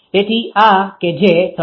તેથી આ કે જે 13